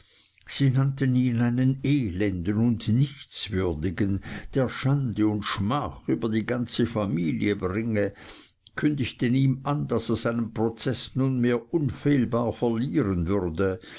elenden und nichtswürdigen der schande und schmach über die ganze familie bringe kündigten ihm an daß er seinen prozeß nunmehr unfehlbar verlieren würde